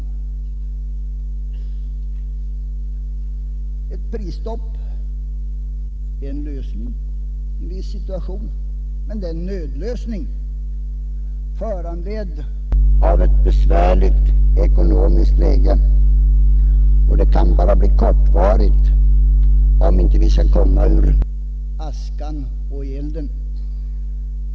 Ett prisstopp är en lösning i en viss situation, men det är en nödlösning, föranledd av ett besvärligt ekonomiskt läge, och det kan bara bli kortvarigt, om vi inte skall komma ur askan i elden.